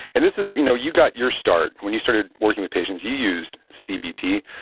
and this is, you know you got your start when you started working with patients, you used cbt.